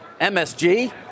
MSG